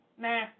nah